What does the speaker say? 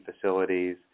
facilities